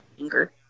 anger